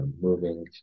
moving